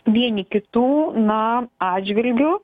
vieni kitų na atžvilgiu